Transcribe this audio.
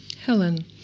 Helen